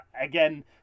Again